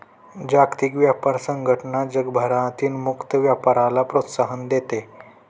जागतिक व्यापार संघटना जगभरातील मुक्त व्यापाराला प्रोत्साहन देते